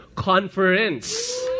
conference